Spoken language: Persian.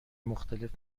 مختلف